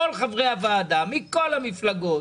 כל חברי הוועדה מכל המפלגות,